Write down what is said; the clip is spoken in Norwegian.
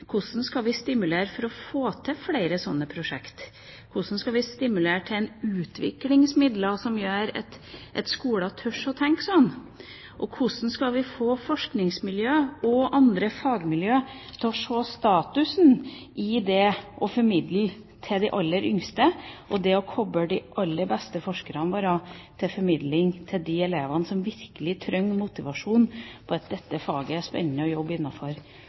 utviklingsmidler som gjør at skoler tør å tenke slik? Hvordan skal vi få forskningsmiljøer og andre fagmiljøer til å se status i det å formidle til de aller yngste, det å koble de aller beste forskerne våre til formidling til de elever som virkelig trenger motivasjon og å se at dette faget er spennende å jobbe